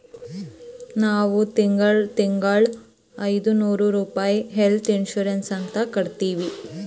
ನಾವ್ ತಿಂಗಳಾ ತಿಂಗಳಾ ಐಯ್ದನೂರ್ ರುಪಾಯಿ ಹೆಲ್ತ್ ಇನ್ಸೂರೆನ್ಸ್ ಅಂತ್ ರೊಕ್ಕಾ ಕಟ್ಟತ್ತಿವಿ